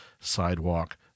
Sidewalk